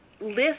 list